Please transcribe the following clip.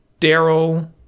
Daryl